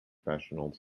professionals